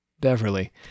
Beverly